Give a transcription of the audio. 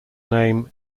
name